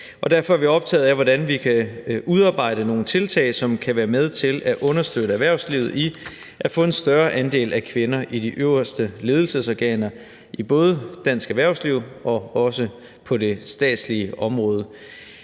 Derfor er vi optaget af, hvordan vi kan udarbejde nogle tiltag, som kan være med til at understøtte erhvervslivet i at få en større andel af kvinder i de øverste ledelsesorganer i både dansk erhvervsliv og også på det statslige område.